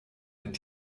mit